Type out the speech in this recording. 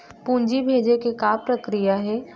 पूंजी भेजे के का प्रक्रिया हे?